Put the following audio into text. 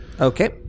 Okay